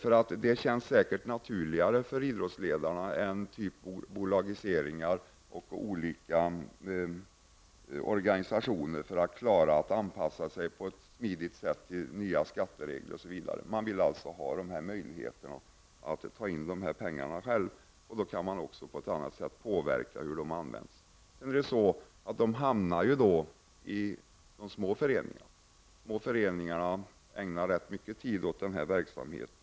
Detta känns säkerligen naturligare för idrottsledarna än diskussioner om bolagisering och organisatoriska förändringar för att smidigt anpassa sig till nya skatteregler osv. Man vill ha dessa möjligheter att själv ta in pengar. Man kan då också på ett annat sätt påverka hur pengarna skall användas. Det är huvudsakligen små föreningar som ägnar mycket tid åt sådana här verksamheter.